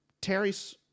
Terry's